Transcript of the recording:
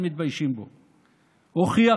מגיל אפס.